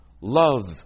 love